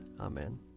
Amen